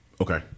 Okay